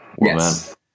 Yes